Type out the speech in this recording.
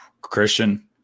Christian